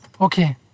Okay